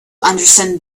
understand